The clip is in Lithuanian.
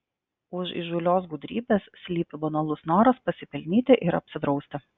už įžūlios gudrybės slypi banalus noras pasipelnyti ir apsidrausti